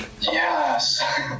yes